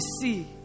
see